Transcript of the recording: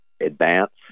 advance